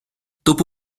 dopo